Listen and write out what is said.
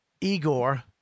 Igor